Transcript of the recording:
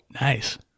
Nice